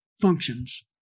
functions